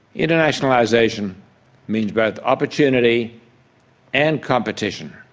internationalisation means both opportunity and competition.